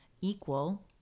equal